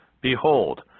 Behold